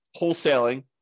wholesaling